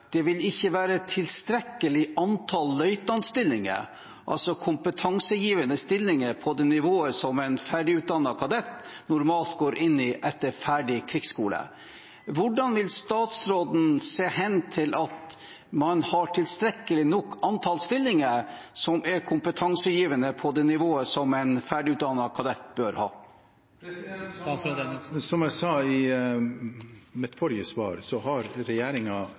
det ikke vil være et tilstrekkelig antall løytnantstillinger, altså kompetansegivende stillinger på det nivået som en ferdig utdannet kadett normalt går inn i etter ferdig krigsskole. Hvordan vil statsråden sørge for at man har et tilstrekkelig antall stillinger som er kompetansegivende på det nivået som en ferdigutdannet kadett bør ha? Som jeg sa i mitt forrige svar, har